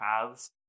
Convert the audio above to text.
paths